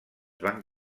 van